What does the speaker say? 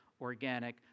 organic